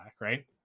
right